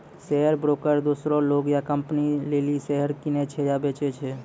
share broker दोसरो लोग या कंपनी लेली शेयर किनै छै या बेचै छै